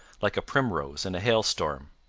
like a primrose in a hailstorm.